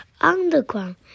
Underground